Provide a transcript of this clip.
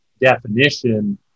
definition